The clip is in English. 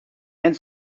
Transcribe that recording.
and